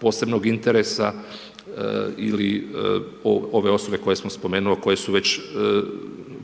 posebnog interesa ili ove osobe koje smo spomenuli, koje su već,